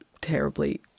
terribly